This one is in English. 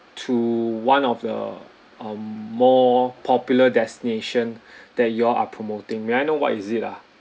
to one of the um more popular destination that you all are promoting may I know what is it ah